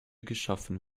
geschaffen